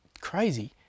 crazy